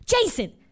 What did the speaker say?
Jason